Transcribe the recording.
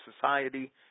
society